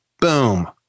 Boom